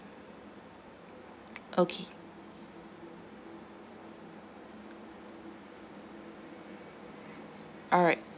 okay alright